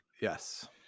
Yes